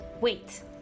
Wait